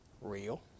real